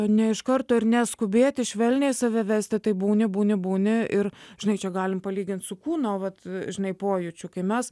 ne iš karto ir ne skubėti švelniai save vesti tai būni būni būni ir žinai čia galim palygint su kūno o vat žinai pojūčiu kai mes